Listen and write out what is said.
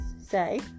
say